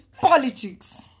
politics